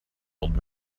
old